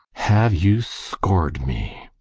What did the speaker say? have you scored me?